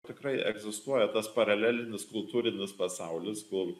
tikrai egzistuoja tas paralelinis kultūrinis pasaulis kur